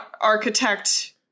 architect